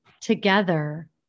together